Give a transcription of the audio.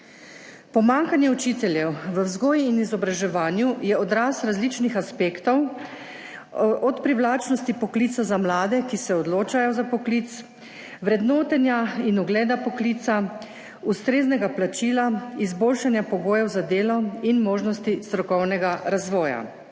Pomanjkanje učiteljev v vzgoji in izobraževanju je odraz različnih aspektov, od privlačnosti poklica za mlade, ki se odločajo za poklic, vrednotenja in ugleda poklica, ustreznega plačila, izboljšanja pogojev za delo in možnosti strokovnega razvoja.